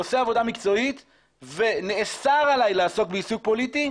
עושה עבודה מקצועית ונאסר עליי לעסוק בעיסוק פוליטי,